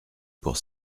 pour